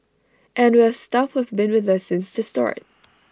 and we've staff who've been with us since the start